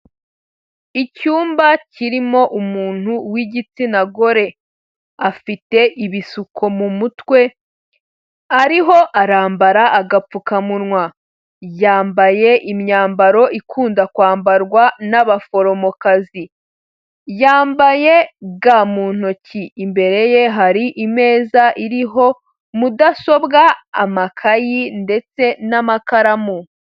Icyumba kirimo umuntu w'igitsina gore, afite ibisuko mu mutwe, ariho arambara agapfukamunwa, yambaye imyambaro ikunda kwambarwa n'abaforomokazi, yambaye ga mu ntoki, imbere ye hari imeza iriho mudasobwa, amakayi ndetse n'amakaramu.